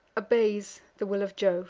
obeys the will of